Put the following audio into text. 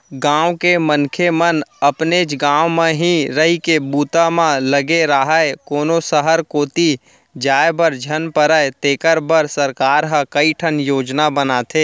गाँव के मनखे मन अपनेच गाँव म ही रहिके बूता म लगे राहय, कोनो सहर कोती जाय बर झन परय तेखर बर सरकार ह कइठन योजना बनाथे